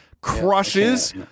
crushes